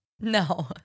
No